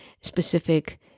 specific